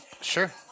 Sure